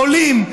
עולים,